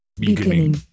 beginning